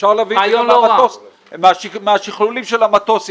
ואפשר להביא את זה מהשכלולים של המטוס,